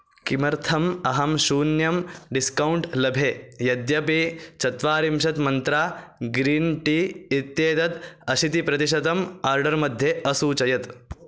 किमर्थम् अहं शून्यं डिस्कौण्ट् लभे यद्यपि चत्वारिंशत् मन्त्रा ग्रीन् टी इत्येतत् अशीतिप्रतिशतम् आर्डर् मध्ये असूचयत्